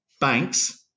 banks